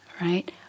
Right